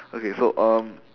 okay so um